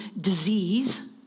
disease